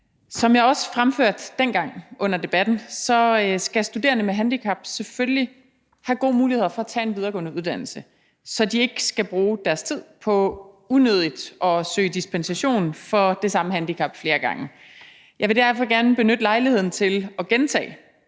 Som jeg også fremførte dengang under debatten, skal studerende med handicap selvfølgelig have gode muligheder for at tage en videregående uddannelse, så de ikke skal bruge deres tid på unødigt at søge dispensation for det samme handicap flere gange. Jeg vil derfor gerne benytte lejligheden til at gentage